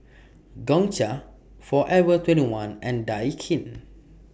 Gongcha Forever twenty one and Daikin